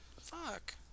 Fuck